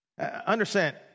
Understand